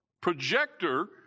projector